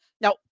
Now